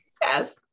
Yes